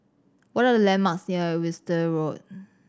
what are the landmarks near Winstedt Road